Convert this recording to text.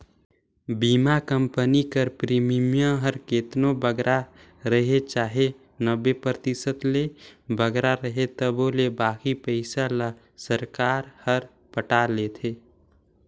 बीमा कंपनी कर प्रीमियम हर केतनो बगरा रहें चाहे नब्बे परतिसत ले बगरा रहे तबो ले बाकी पइसा ल सरकार हर पटाथे